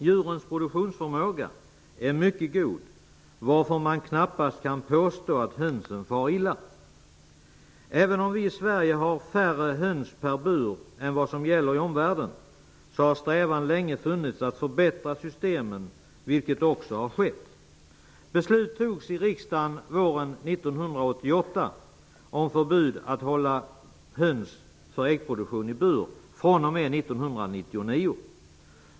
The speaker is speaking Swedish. Djurens produktionsförmåga är mycket god, varför man knappast kan påstå att hönsen far illa. Även om vi i Sverige har färre höns per bur än vad man har i omvärlden har det länge funnits en strävan att förbättra systemen. Det har också skett.